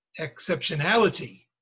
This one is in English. exceptionality